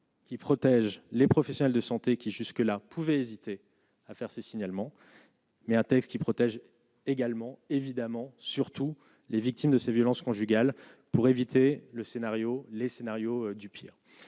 Qui protège les professionnels de santé qui jusque-là pouvaient hésiter à faire ces signalements. Mais un texte qui protège également évidemment surtout les victimes de ces violences conjugales pour éviter le scénario, les scénarios du pire